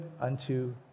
unto